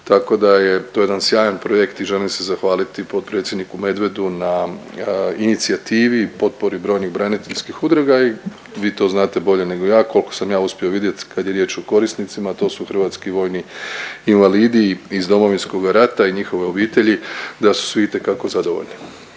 Tako da je to jedan sjajan projekt i želim se zahvaliti potpredsjedniku Medvedu na inicijativi i potpori brojnih braniteljskih udruga i vi to znate bolje nego ja, koliko sam ja uspio vidjet kad je riječ o korisnicima to su hrvatski vojni invalidi iz Domovinskog rata i njihove obitelji da su itekako zadovoljni.